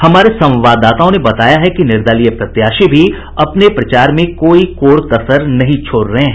हमारे संवाददाताओं ने बताया है कि निर्दलीय प्रत्याशी भी अपने प्रचार में कोई कोर कसर नहीं छोड़ रहे हैं